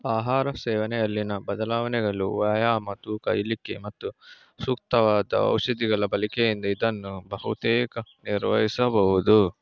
ಆಹಾರ ಸೇವನೆಯಲ್ಲಿನ ಬದಲಾವಣೆಗಳು ವ್ಯಾಯಾಮ ತೂಕ ಇಳಿಕೆ ಮತ್ತು ಸೂಕ್ತವಾದ ಔಷಧಿಗಳ ಬಳಕೆಯಿಂದ ಇದನ್ನು ಬಹುತೇಕ ನಿರ್ವಹಿಸಬಹುದು